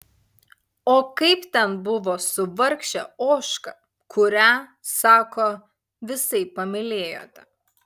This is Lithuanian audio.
o kaip ten buvo su vargše ožka kurią sako visaip pamylėjote